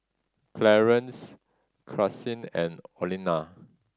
Clarence Karsyn and Olena